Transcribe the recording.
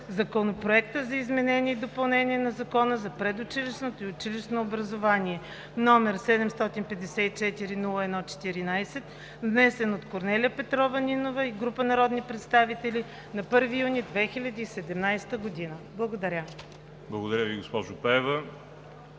Законопроекта за изменение и допълнение на Закона за предучилищното и училищното образование, № 754-01-14, внесен от Корнелия Петрова Нинова и група народни представители на 1 юни 2017 г.“ Благодаря. ПРЕДСЕДАТЕЛ ВАЛЕРИ